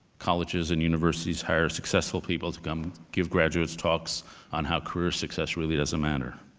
colleges and universities hire successful people to come give graduates talks on how career success really doesn't matter.